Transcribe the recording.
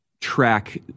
track